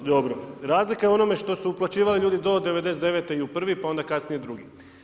Dobro, razlika je u onome to su uplaćivali ljudi do '99. i u prvi pa onda kasnije u drugi.